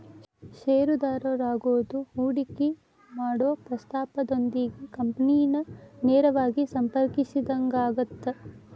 ಷೇರುದಾರರಾಗೋದು ಹೂಡಿಕಿ ಮಾಡೊ ಪ್ರಸ್ತಾಪದೊಂದಿಗೆ ಕಂಪನಿನ ನೇರವಾಗಿ ಸಂಪರ್ಕಿಸಿದಂಗಾಗತ್ತ